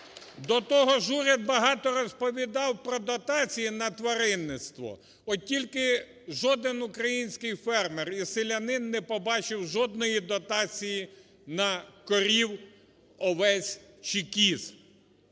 до того ж уряд багато розповідав про дотації на тваринництво, от тільки жодний український фермер і селянин не побачив жодної дотації а корів, овець чи кіз.